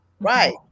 Right